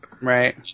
Right